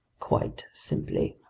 quite simply.